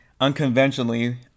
unconventionally